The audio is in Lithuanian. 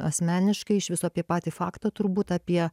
asmeniškai iš viso apie patį faktą turbūt apie